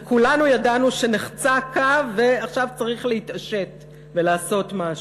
וכולנו ידענו שנחצה קו ועכשיו צריך להתעשת ולעשות משהו.